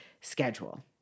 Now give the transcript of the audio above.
schedule